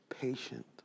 patient